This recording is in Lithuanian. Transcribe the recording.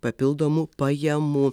papildomų pajamų